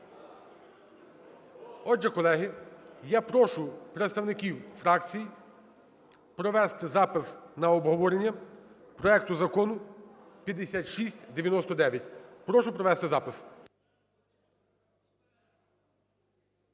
Отже, колеги, я прошу представників фракцій провести запис на обговорення проекту Закону 5699. Прошу провести запис.